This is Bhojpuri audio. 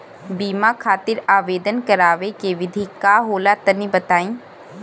बीमा खातिर आवेदन करावे के विधि का होला तनि बताईं?